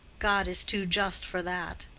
god is too just for that.